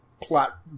plot